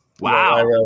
Wow